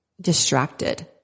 distracted